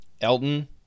Elton